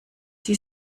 sie